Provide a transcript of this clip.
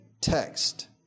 text